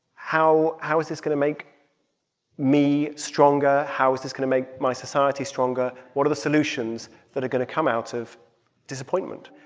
how how is this going to make me stronger, how is this going to make my society stronger, what are the solutions that are going to come out of disappointment?